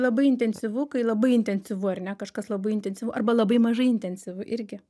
labai intensyvu kai labai intensyvu ar ne kažkas labai intensyvu arba labai mažai intensyvu irgi